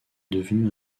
devenue